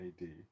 AD